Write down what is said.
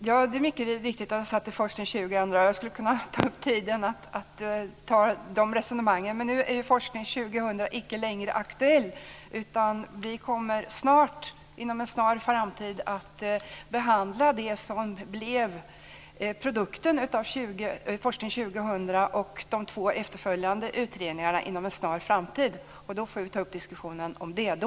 Herr talman! Det är riktigt att jag var med i Forskning 2000. Jag skulle kunna ta upp mycket tid med att prata om det, men nu är ju Forskning 2000 inte längre aktuell. Inom en snar framtid kommer vi att behandla det som blev produkten av Forskning 2000 och de två efterföljande utredningarna. Vi får ta den diskussionen då.